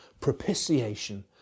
propitiation